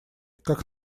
как